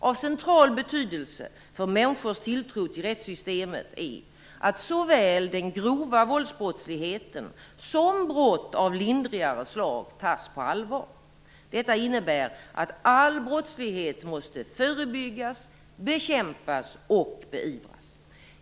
Av central betydelse för människors tilltro till rättssystemet är att såväl den grova våldsbrottsligheten som brott av lindrigare slag tas på allvar. Detta innebär att all brottslighet måste förebyggas, bekämpas och beivras.